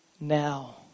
now